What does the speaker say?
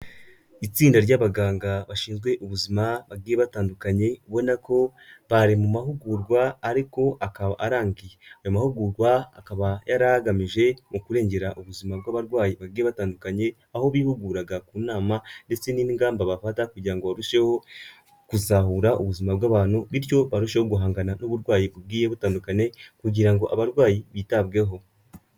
Itsinda ry'abaganga bashinzwe ubuzima bagiye batandukanye, ubona ko bari mu mahugurwa ariko akaba arangiye. Aya mahugurwa akaba yari agamije mu kurengera ubuzima bw'abarwayi bagiye batandukanye, aho bihuguraga ku nama ndetse n'ingamba bafata kugira ngo barusheho, kuzahura ubuzima bw'abantu, bityo barusheho guhangana n'uburwayi bugiye butandukanye, kugira ngo abarwayi bitabweho.